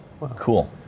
Cool